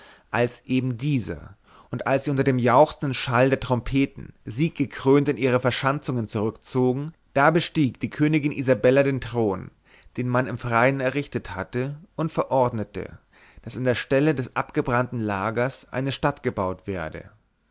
als eben dieser und als sie unter dem jauchzenden schall der trompeten sieggekrönt in ihre verschanzungen zurückzogen da bestieg die königin isabella den thron den man im freien errichtet hatte und verordnete daß an der stelle des abgebrannten lagers eine stadt gebaut werde